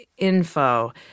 info